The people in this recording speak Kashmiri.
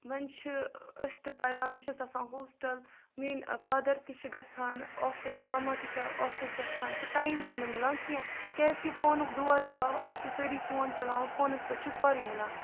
وَنہِ چھِ أسۍ تہِ پَران بہٕ چھَس آسان ہوسٹَل میٛٲنۍ فادَر تہِ چھِ گژھان آفِس مَما تہِ چھےٚ آفِس گژھان تہٕ ٹایم چھُنہٕ مِلان کینٛہہ کیٛازِکہِ فونُک دور آو آز چھِ سٲری فون چَلاوان فونَس پٮ۪ٹھ چھِ سورُے مِلان